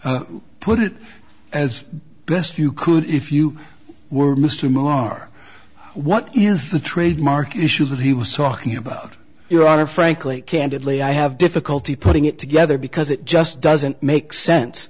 is put it as best you could if you were mr maher what is the trademark issues that he was talking about your honor frankly candidly i have difficulty putting it together because it just doesn't make sense